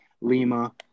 Lima